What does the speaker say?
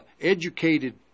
educated